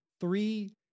three